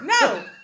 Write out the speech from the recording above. no